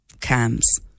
cams